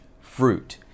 fruit